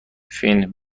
فین